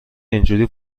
اینجوری